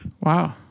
Wow